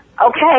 okay